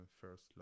first